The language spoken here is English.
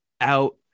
out